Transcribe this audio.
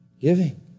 Giving